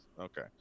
okay